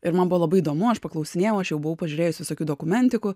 ir man buvo labai įdomu aš paklausinėjau aš jau buvau pažiūrėjus visokių dokumentikų